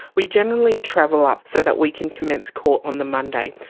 we generally travel up so that we can commence court on the monday.